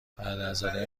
برادرزاده